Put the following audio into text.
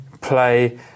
play